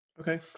Okay